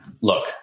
Look